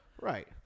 Right